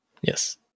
Yes